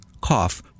cough